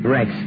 Rex